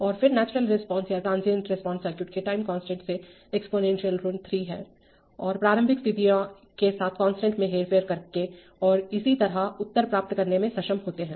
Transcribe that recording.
और फिर natural response या ट्रांसिएंट रिस्पांस सर्किट के टाइम कांस्टेंट से एक्सपोनेंशियल ऋण 3 है और प्रारंभिक स्थितियों के साथ कांस्टेंट में हेरफेर करके और इसी तरह उत्तर प्राप्त करने में सक्षम होते हैं